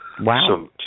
Wow